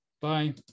Bye